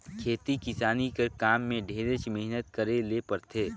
खेती किसानी कर काम में ढेरेच मेहनत करे ले परथे